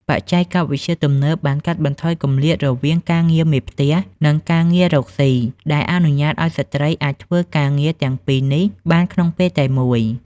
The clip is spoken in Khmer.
បច្ចេកវិទ្យាទំនើបបានកាត់បន្ថយគម្លាតរវាងការងារមេផ្ទះ និងការងាររកស៊ី ដែលអនុញ្ញាតឱ្យស្ត្រីអាចធ្វើការងារទាំងពីរនេះបានក្នុងពេលតែមួយ។